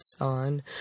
on